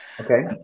okay